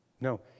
No